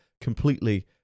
completely